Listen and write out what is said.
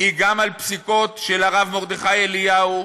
היא גם על פסיקות של הרב מרדכי אליהו,